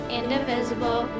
indivisible